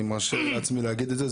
אני מרשה לעצמי לומר את זה.